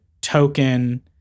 token